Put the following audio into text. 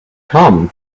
come